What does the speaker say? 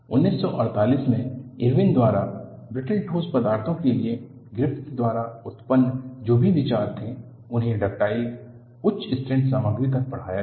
1948 में इरविन द्वारा ब्रिटल ठोस पदार्थों के लिए ग्रिफ़िथ द्वारा उत्पन्न जो भी विचार थे उन्हें डक्टाइल उच्च स्ट्रेंथ सामग्री तक बढ़ाया गया